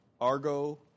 Argo